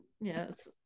Yes